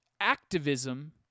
activism